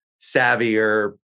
savvier